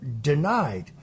denied